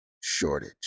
shortage